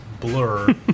blur